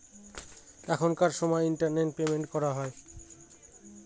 এখনকার সময় internet payment করা হয়